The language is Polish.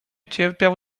cierpiał